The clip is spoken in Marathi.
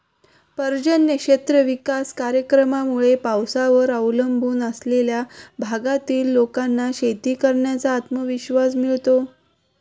पर्जन्य क्षेत्र विकास कार्यक्रमामुळे पावसावर अवलंबून असलेल्या भागातील लोकांना शेती करण्याचा आत्मविश्वास मिळतो